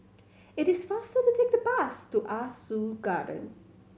it is faster to take the bus to Ah Soo Garden